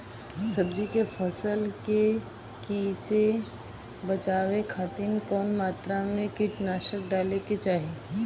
सब्जी के फसल के कियेसे बचाव खातिन कवन मात्रा में कीटनाशक डाले के चाही?